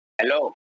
hello